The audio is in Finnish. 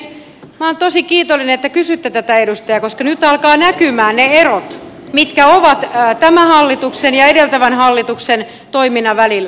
minä olen tosi kiitollinen että kysytte tätä edustaja koska nyt alkavat näkyä ne erot mitkä ovat tämän hallituksen ja edeltävän hallituksen toiminnan välillä